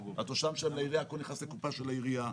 התושב משלם לעירייה, הכול נכנס לקופה של העירייה.